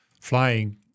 flying